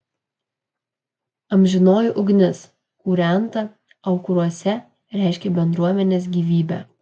amžinoji ugnis kūrenta aukuruose reiškė bendruomenės gyvybę